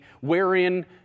wherein